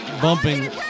bumping